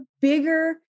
bigger